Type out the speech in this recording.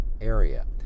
area